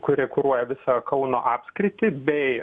kuri kuruoja visą kauno apskritį bei